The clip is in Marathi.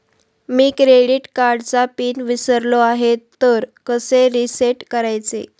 मी क्रेडिट कार्डचा पिन विसरलो आहे तर कसे रीसेट करायचे?